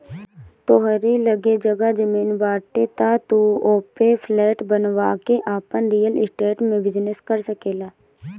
तोहरी लगे जगह जमीन बाटे तअ तू ओपे फ्लैट बनवा के आपन रियल स्टेट में बिजनेस कर सकेला